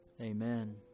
Amen